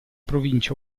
provincia